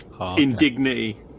indignity